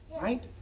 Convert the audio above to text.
Right